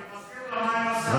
אני מזכיר לה מה היא עושה.